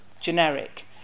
generic